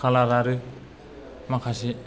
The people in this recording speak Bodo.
कालार आरो माखासे